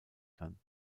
kann